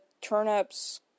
turnips